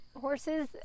horses